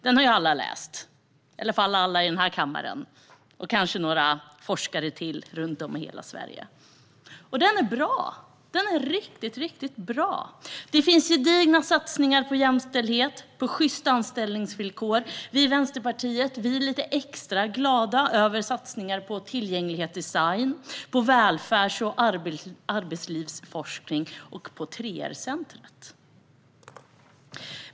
Den har ju alla läst, i alla fall alla i den här kammaren och kanske några forskare runt om i hela Sverige. Den är bra! Den är riktigt, riktigt bra. Det finns gedigna satsningar på jämställdhet och på sjysta anställningsvillkor. Vi i Vänsterpartiet är lite extra glada över satsningar på tillgänglighetsdesign, på välfärds och arbetslivsforskning och på 3R-centret.